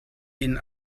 inn